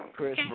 Chris